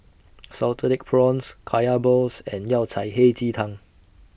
Salted Egg Prawns Kaya Balls and Yao Cai Hei Ji Tang